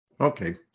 Okay